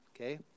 Okay